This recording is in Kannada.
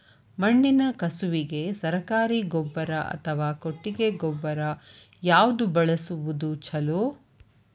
ಮಣ್ಣಿನ ಕಸುವಿಗೆ ಸರಕಾರಿ ಗೊಬ್ಬರ ಅಥವಾ ಕೊಟ್ಟಿಗೆ ಗೊಬ್ಬರ ಯಾವ್ದು ಬಳಸುವುದು ಛಲೋ?